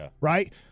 right